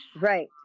right